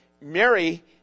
Mary